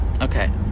Okay